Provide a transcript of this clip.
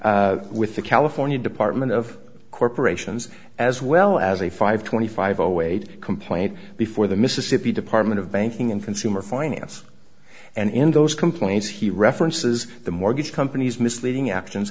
complaint with the california department of corporations as well as a five twenty five a wait complaint before the mississippi department of banking and consumer finance and in those complaints he references the mortgage companies misleading actions